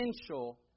potential